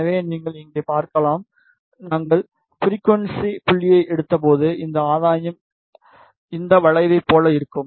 எனவே நீங்கள் இங்கே பார்க்கலாம் நாங்கள் ஃபிரிக்குவன்சி புள்ளியை எடுத்தபோது இந்த ஆதாயம் இந்த வளைவைப் போல இருக்கும்